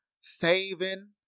saving